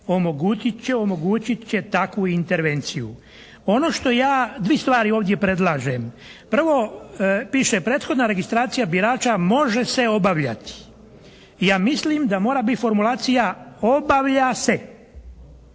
piše omogućit će takvu intervenciju. Ono što ja, dvi stvari ovdje predlažem. Prvo piše prethodna registracija birača može se obavljati. Ja mislim da mora biti formulacija obavlja se